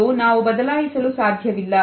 ಮತ್ತು ನಾವು ಬದಲಾಯಿಸಲು ಸಾಧ್ಯವಿಲ್ಲ